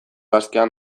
askean